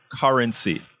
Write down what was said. currency